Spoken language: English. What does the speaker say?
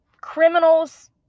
criminals